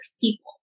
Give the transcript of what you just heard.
people